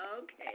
Okay